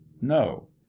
no